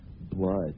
blood